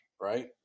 right